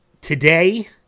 today